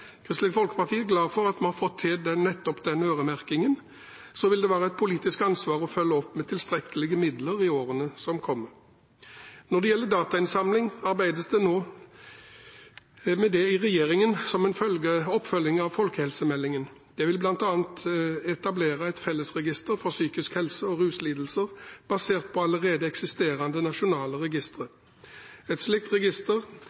Kristelig Folkeparti er glad for at vi har fått til nettopp den øremerkingen. Så vil det være et politisk ansvar å følge opp med tilstrekkelige midler i årene som kommer. Når det gjelder datainnsamling, arbeides det nå med det i regjeringen, som en oppfølging av folkehelsemeldingen. De vil bl.a. etablere et fellesregister for psykisk helse og ruslidelser, basert på allerede eksisterende nasjonale registre. Et slikt register